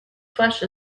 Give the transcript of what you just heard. flesh